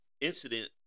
incident